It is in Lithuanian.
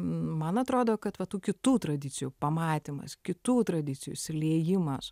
man atrodo kad va tų kitų tradicijų pamatymas kitų tradicijų įsiliejimas